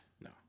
No